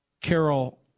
Carol